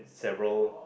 several